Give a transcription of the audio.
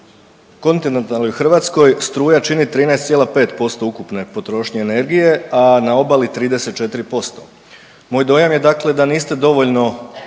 kontinentalnoj Hrvatskoj struja čini 13,5% ukupne potrošnje energije, a na obali 34%. Moj dojam je, dakle da niste dovoljno